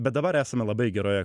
bet dabar esame labai geroje